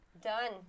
Done